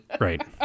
Right